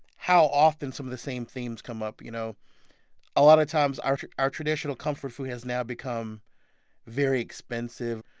how often some of the same themes come up. you know a lot of times, our our traditional comfort food has now become very expensive.